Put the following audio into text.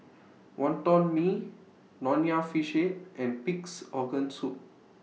Wonton Mee Nonya Fish Head and Pig'S Organ Soup